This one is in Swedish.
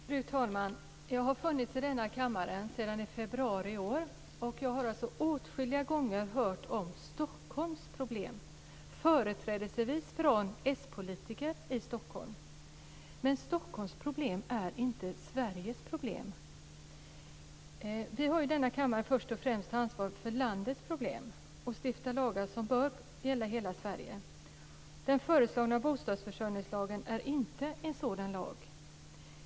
Fru talman! Jag har suttit i riksdagen sedan februari i år. Åtskilliga gånger har jag hört om Stockholms problem, företrädesvis från s-politiker i Stockholm. Men Stockholms problem är inte Sveriges problem. Vi har först och främst ansvar för landets problem. Vi stiftar lagar som bör gälla hela Sverige. Den föreslagna bostadsförsörjningslagen är inte en sådan lag.